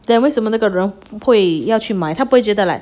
then 为什么那个人不会要去买他不会觉得 like